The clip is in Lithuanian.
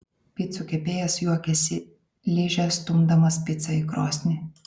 picų kepėjas juokiasi liže stumdamas picą į krosnį